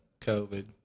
COVID